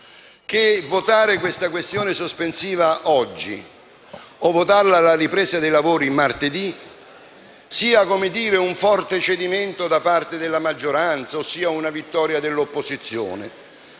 che votare questa questione sospensiva oggi o votarla alla ripresa dei lavori martedì sia un forte cedimento da parte della maggioranza o sia una vittoria dell'opposizione.